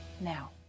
now